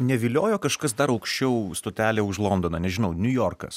neviliojo kažkas dar aukščiau stotelė už londoną nežinau niujorkas